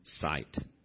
sight